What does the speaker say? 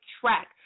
track